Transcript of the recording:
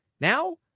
Now